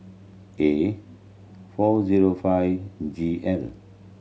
A four zero five G L